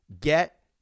get